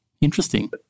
Interesting